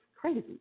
crazy